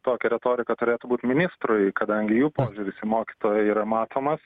tokia retorika turėtų būti ministrui kadangi jų požiūris į mokytoją yra matomas